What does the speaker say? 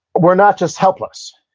we're not just helpless.